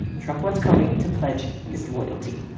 trump wants comey to pledge his loyalty.